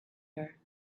her